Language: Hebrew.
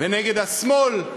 ונגד השמאל,